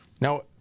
Now